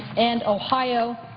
and ohio,